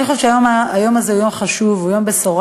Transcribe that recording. אני חושבת שהיום הזה הוא יום חשוב, הוא יום בשורה.